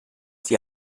die